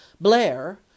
blair